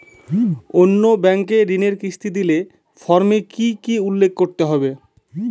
অন্য ব্যাঙ্কে ঋণের কিস্তি দিলে ফর্মে কি কী উল্লেখ করতে হবে?